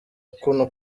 kuno